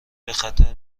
بخطر